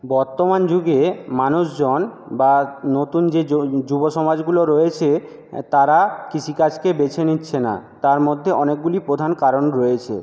বর্তমান যুগে মানুষজন বা নতুন যে যুব সমাজগুলো রয়েছে তারা কৃষিকাজকে বেছে নিচ্ছে না তার মধ্যে অনেকগুলি প্রধান কারণ রয়েছে